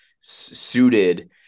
suited